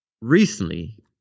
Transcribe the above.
recently